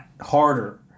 harder